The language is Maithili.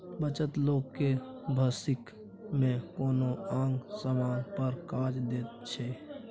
बचत लोक केँ भबिस मे कोनो आंग समांग पर काज दैत छै